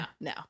no